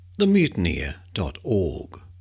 themutineer.org